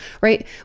right